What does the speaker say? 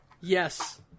Yes